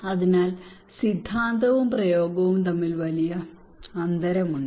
അതിനാൽ സിദ്ധാന്തവും പ്രയോഗവും തമ്മിൽ വലിയ അന്തരമുണ്ട്